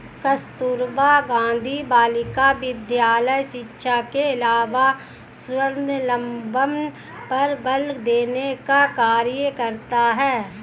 कस्तूरबा गाँधी बालिका विद्यालय शिक्षा के अलावा स्वावलम्बन पर बल देने का कार्य करता है